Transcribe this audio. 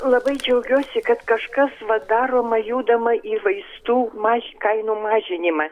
labai džiaugiuosi kad kažkas daroma judama į vaistų maž kainų mažinimą